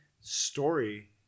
Story